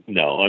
no